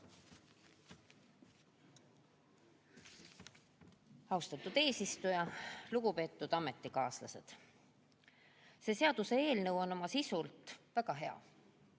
Austatud eesistuja! Lugupeetud ametikaaslased! See seaduseelnõu on sisult väga hea,